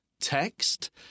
text